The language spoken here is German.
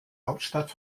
hauptstadt